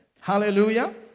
Hallelujah